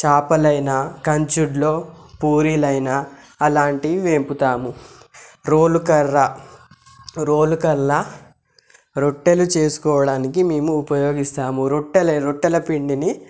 చేపలు అయినా కంచుడిలో పూరీలు అయినా అలాంటివి వేపుతాము రోలు కర్ర రోలు కర్ర రొట్టెలు చేసుకోవడానికి మేము ఉపయోగిస్తాము రొట్టెల రొట్టెల పిండిని